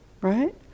right